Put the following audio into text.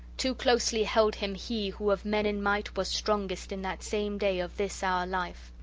too closely held him he who of men in might was strongest in that same day of this our life.